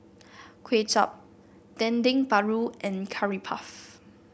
Kuay Chap Dendeng Paru and Curry Puff